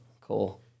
cool